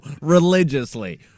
religiously